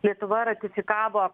lietuva ratifikavo